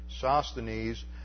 Sosthenes